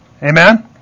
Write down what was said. Amen